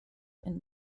and